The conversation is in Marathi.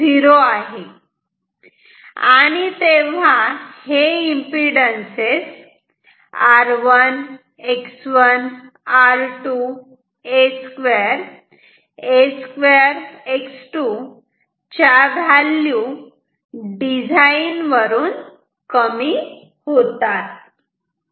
आणि तेव्हा हे impedances r1 x1 r 2 a2 a2 x 2 च्या व्हॅल्यू डिझाईन वरून कमी होतात